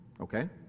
Okay